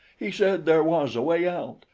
he said there was a way out,